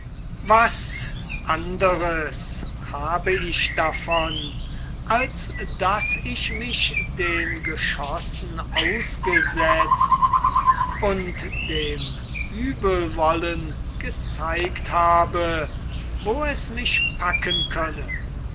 was anderes habe ich davon als daß ich mich den geschossen ausgesetzt und dem uebelwollen gezeigt habe wo es mich packen könne